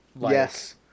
Yes